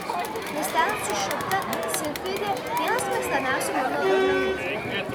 nes ten sušokta silfidė vienas mėgstamiausių mano vaidmenų